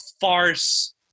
farce